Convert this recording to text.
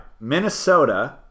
Minnesota